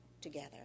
together